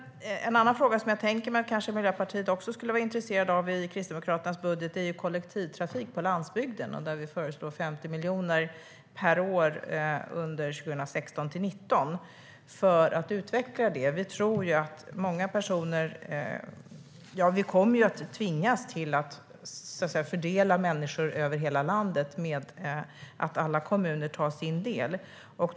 En annan fråga i Kristdemokraternas budget som ni i Miljöpartiet kanske också skulle vara intresserade av är kollektivtrafik på landsbygden. Vi föreslår 50 miljoner per år under 2016-2019 för att utveckla det. Vi kommer att tvingas fördela människor över hela landet så att alla kommuner tar hand om sin del.